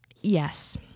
yes